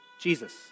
Jesus